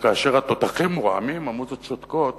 שכאשר התותחים רועמים המוזות שותקות,